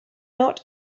not